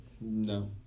No